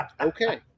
Okay